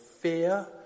fear